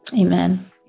Amen